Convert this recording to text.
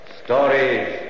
stories